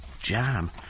Jam